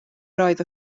roedd